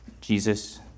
Jesus